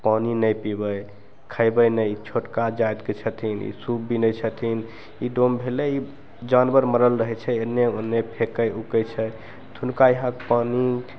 पानि नहि पीबय खयबै नहि छोटका जातिके छथिन ई सूप बिनय छथिन ई डोम भेलय जानवर मरल रहय छै एने ओने फेकय उकय छै तऽ हुनका यहाँके पानि